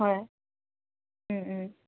হয়